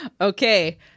Okay